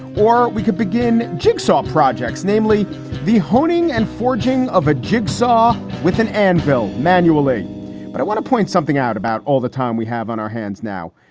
or we could begin jigsaw projects, namely the honing and forging of a jigsaw with an anvil manually but i want to point something out about all the time we have on our hands now.